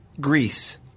Greece